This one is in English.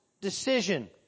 decision